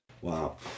Wow